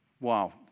Wow